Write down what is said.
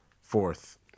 fourth